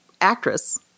actress